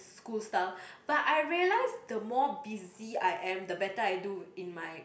school stuff but I realise the more busy I am the better I do in my